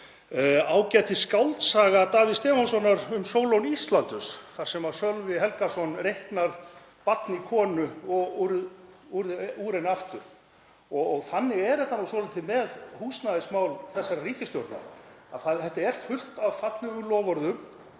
ágætisskáldsaga Davíðs Stefánssonar um Sólon Íslandus þar sem Sölvi Helgason reiknar barn í konu og úr henni aftur því að þannig er þetta svolítið með húsnæðismál þessarar ríkisstjórnar. Það er fullt af fallegum loforðum